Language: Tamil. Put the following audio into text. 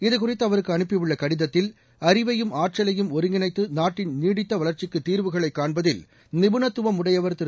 இதுகுறித்து அவருக்கு அனுப்பியுள்ள கடிதத்தில் அறிவையும் ஆற்றலையும் ஒருங்கிணைத்து நாட்டின் நீடித்த வளர்ச்சிக்கு தீர்வுகளை காண்பதில் நிபுணத்துவம் உடையவர் திரு